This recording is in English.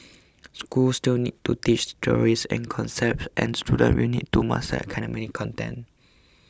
schools still need to teach theories and concepts and students will need to master academic content